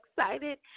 excited